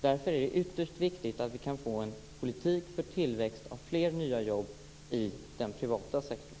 Därför är det ytterst viktigt att vi kan få en politik för tillväxt av fler nya jobb i den privata sektorn.